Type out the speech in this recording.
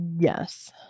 yes